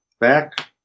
back